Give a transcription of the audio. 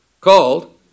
called